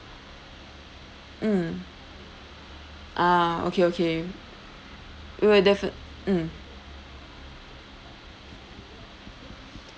mm ah okay okay we will defi~ mm